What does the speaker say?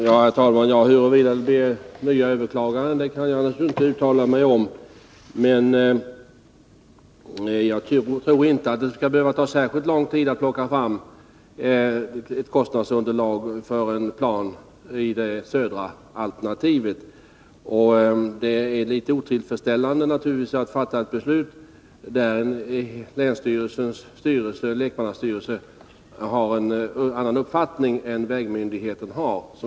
Herr talman! Jag kan naturligtvis inte uttala mig om huruvida det blir nya överklaganden. Men jag tror inte att det skall behöva ta särskilt lång tid att ta fram kostnadsunderlag för en plan enligt det södra alternativet. Det är givetvis litet otillfredsställande att fatta beslut när, som i detta fall, länsstyrelsens lekmannastyrelse har en annan uppfattning än vägmyndigheten.